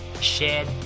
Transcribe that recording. shared